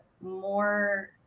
more